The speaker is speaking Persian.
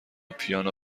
پیانو